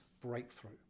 breakthrough